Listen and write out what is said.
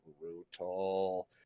brutal